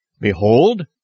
Behold